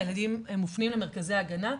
הילדים מופנים למרכזי הגנה.